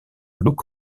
look